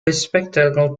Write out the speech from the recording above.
bespectacled